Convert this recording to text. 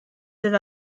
sydd